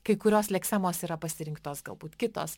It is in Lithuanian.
kai kurios leksemos yra pasirinktos galbūt kitos